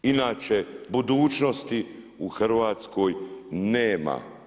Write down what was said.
Inače budućnosti u Hrvatskoj nema.